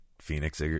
Phoenix